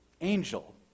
angel